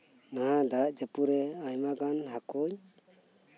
ᱱᱚᱶᱟ ᱫᱟᱜ ᱡᱟᱹᱯᱩᱫ ᱨᱮ ᱟᱭᱢᱟ ᱜᱟᱱ ᱦᱟᱠᱳᱧ